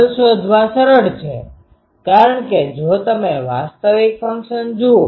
null શોધવા સરળ છે કારણ કે જો તમે વાસ્તવિક ફંક્શન જુઓ